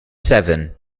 seven